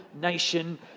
nation